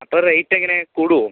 അപ്പൊൾ റേറ്റ് എങ്ങനെ കൂടുമൊ